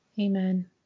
Amen